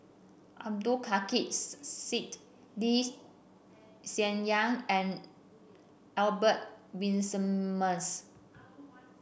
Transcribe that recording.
Abdul Kadir Syed Lee Xian Yang and Albert Winsemius